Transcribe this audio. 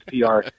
PR